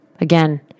Again